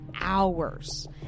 hours